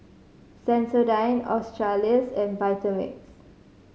Sensodyne Australis and Vitamix